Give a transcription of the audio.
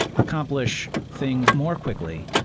accomplish things more quickly